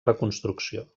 reconstrucció